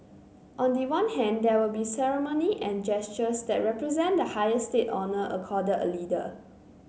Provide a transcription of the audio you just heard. on the one hand there will be ceremony and gestures that represent the highest state honour accorded a leader